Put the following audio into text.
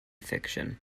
fiction